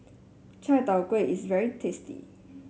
Char Kway Teow is very tasty